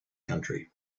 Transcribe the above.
country